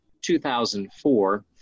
2004